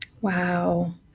Wow